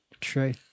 True